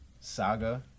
saga